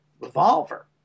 Revolver